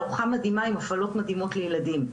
תערוכה מדהימה עם הפעלות מדהימות לילדים,